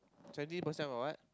twenty percent of what